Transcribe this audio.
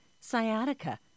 sciatica